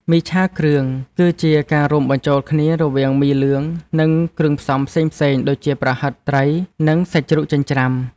មីឆាគ្រឿងគឺជាការរួមបញ្ចូលគ្នារវាងមីលឿងនិងគ្រឿងផ្សំផ្សេងៗដូចជាប្រហិតត្រីនិងសាច់ជ្រូកចិញ្ច្រាំ។